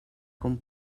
com